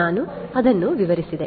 ನಾನು ಅದನ್ನು ವಿವರಿಸಿದೆ